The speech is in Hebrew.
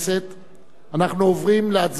אנחנו עוברים להצבעה על